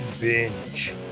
Binge